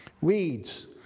weeds